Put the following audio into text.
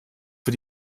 für